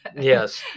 Yes